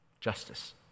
justice